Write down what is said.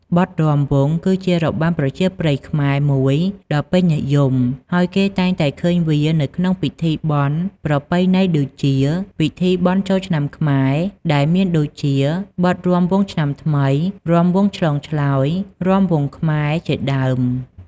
បទរាំវង់ គឺជា របាំប្រជាប្រិយខ្មែរ មួយដ៏ពេញនិយម ហើយគេតែងតែឃើញវានៅក្នុងពិធីបុណ្យប្រពៃណីដូចជា ពិធីបុណ្យចូលឆ្នាំខ្មែរ ដែលមានដូចជាបទ រាំវង់ឆ្នាំថ្មី រាំវង់ឆ្លងឆ្លើយ រាំវង់ខ្មែរ ជាដើម។